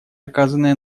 оказанное